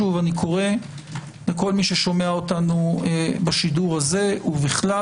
אני קורא לכל מי ששומע אותנו בשידור הזה ובכלל